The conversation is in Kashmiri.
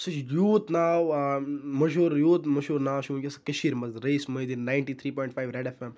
سُہ چھُ یوٗت ناو مٔشہوٗر یوٗت مٔشہوٗر ناو چھُ وٕنکٮ۪س کٔشیٖرِ منٛز Rayees Mohiuddin ninety three point five red F M